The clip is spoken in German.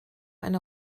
eine